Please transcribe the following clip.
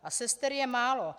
A sester je málo.